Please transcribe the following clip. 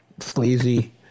Sleazy